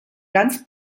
ganz